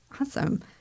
Awesome